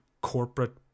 corporate